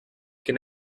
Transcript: can